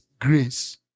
grace